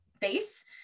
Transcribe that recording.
base